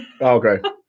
Okay